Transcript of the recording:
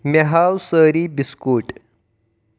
مےٚ ہاو سٲری بِسکوٗٹ